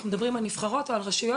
אנחנו מדברים על נבחרות או על רשויות,